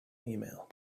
email